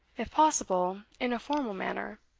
if possible in a formal manner.